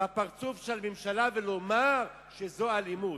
בפרצוף של הממשלה ולומר שזו אלימות.